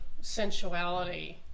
sensuality